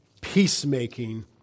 peacemaking